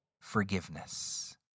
forgiveness